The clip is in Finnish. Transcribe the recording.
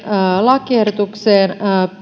lakiehdotuksen